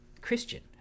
Christian